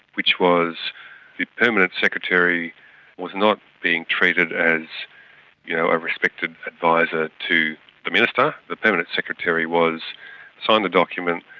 which was the permanent secretary was not being treated as you know a respected advisor to the minister. the permanent secretary was sign the document,